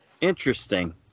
Interesting